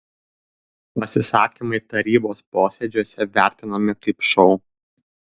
pasisakymai tarybos posėdžiuose vertinami kaip šou